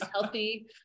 healthy